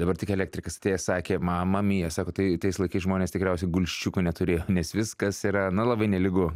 dabar tik elektrikas atėjęs sakė mama mia sako tai tais laikais žmonės tikriausiai gulsčiuko neturėjo nes viskas yra na labai nelygu